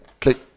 click